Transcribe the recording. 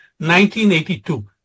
1982